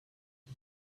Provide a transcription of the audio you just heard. the